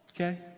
okay